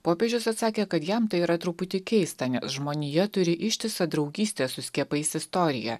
popiežius atsakė kad jam tai yra truputį keista nes žmonija turi ištisą draugystės su skiepais istoriją